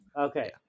Okay